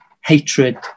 hatred